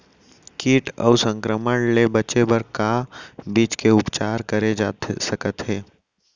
किट अऊ संक्रमण ले बचे बर का बीज के उपचार करे जाथे सकत हे?